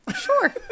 Sure